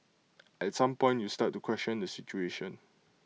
at some point you start to question the situation